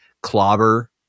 clobber